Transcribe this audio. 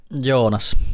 Jonas